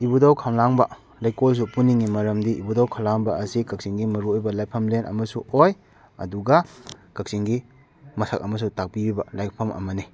ꯏꯕꯨꯙꯧ ꯈꯝꯂꯥꯡꯕ ꯂꯩꯀꯣꯜꯁꯨ ꯄꯨꯅꯤꯡꯉꯤ ꯃꯔꯝꯗꯤ ꯏꯕꯨꯙꯧ ꯈꯝꯂꯥꯡꯕ ꯑꯁꯤ ꯀꯛꯆꯤꯡꯒꯤ ꯃꯔꯨꯑꯣꯏꯕ ꯂꯥꯏꯐꯝꯂꯦꯟ ꯑꯃꯁꯨ ꯑꯣꯏ ꯑꯗꯨꯒ ꯀꯛꯆꯤꯡꯒꯤ ꯃꯁꯛ ꯑꯃꯁꯨ ꯇꯥꯛꯄꯤꯔꯤꯕ ꯂꯥꯏꯐꯝ ꯑꯃꯅꯤ